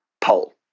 pole